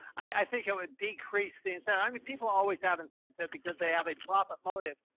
i think it would decrease the incentive. i mean, people always have incentive because they have a profit motive,